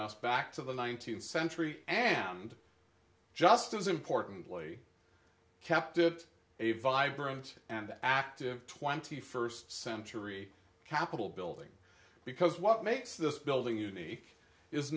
house back to the nineteenth century and found just as importantly kept it a vibrant and active twenty first century capitol building because what makes this building unique is